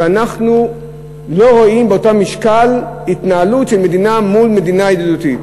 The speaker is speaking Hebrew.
ואנחנו לא רואים באותו משקל התנהלות של מדינה מול מדינה ידידותית.